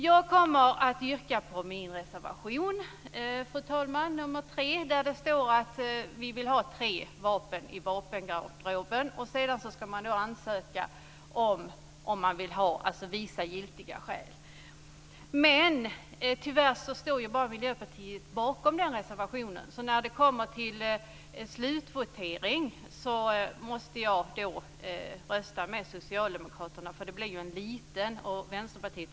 Jag kommer att yrka bifall till min reservation, fru talman, reservation 3. Där står det att vi vill ha tre vapen i vapengarderoben. Sedan ska man ansöka om man vill ha fler och visa giltiga skäl. Tyvärr står bara Miljöpartiet bakom den reservationen. När det kommer till slutvotering måste jag därför rösta med Socialdemokraterna och Vänsterpartiet.